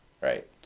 Right